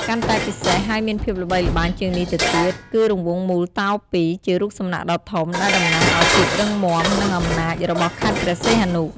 កាន់តែពិសេសហើយមានភាពល្បីល្បាញជាងនេះទៅទៀត គឺរង្វង់មូលតោពីរ ជារូបសំណាកដ៏ធំ ដែលតំណាងឱ្យភាពរឹងមាំ និងអំណាចរបស់ខេត្តព្រះសីហនុ។